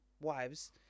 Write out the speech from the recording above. wives